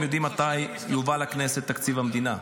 יודעים מתי יובא לכנסת תקציב המדינה?